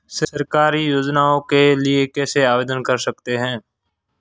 सरकारी योजनाओं के लिए कैसे आवेदन कर सकते हैं?